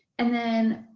and then